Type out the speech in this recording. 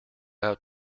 out